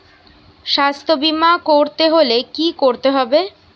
স্বাস্থ্যবীমা করতে হলে কি করতে হবে?